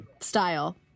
style